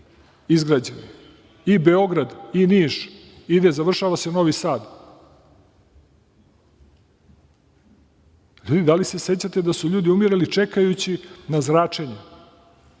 i Beograd i Niš. Ide, završava se Novi Sad. Ljudi, da li se sećate da su ljudi umirali čekajući na zračenje